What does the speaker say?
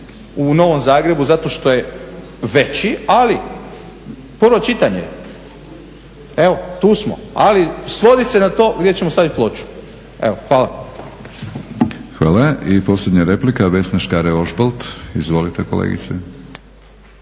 u Novom Zagrebu zato što je veći. Ali prvo čitanje, evo tu smo. Ali svodi se na to gdje ćemo staviti ploču. Evo hvala. **Batinić, Milorad (HNS)** Hvala. I posljednja replika, Vesna Škare-Ožbolt. Izvolite kolegice.